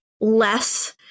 less